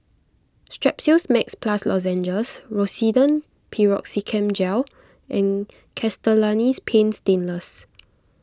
Strepsils Max Plus Lozenges Rosiden Piroxicam Gel and Castellani's Paint Stainless